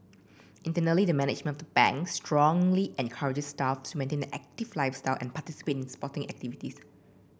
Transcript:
internally the management of the Bank strongly encourages staff to maintain an active lifestyle and participate in sporting activities